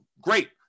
Great